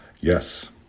Yes